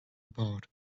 about